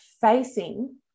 facing